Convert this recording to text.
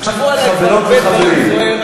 כתבו עלי הרבה דברים, זוהיר.